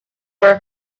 were